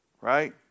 right